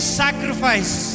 sacrifice